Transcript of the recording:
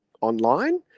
online